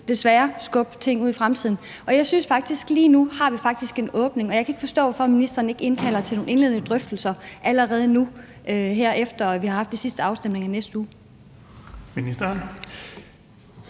desværre kan skubbe ting ud i fremtiden. Jeg synes, at vi faktisk lige nu har en åbning, og jeg kan ikke forstå, hvorfor ministeren ikke allerede nu indkalder til nogle indledende drøftelser til afholdelse efter de sidste afstemninger i næste uge.